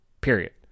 Period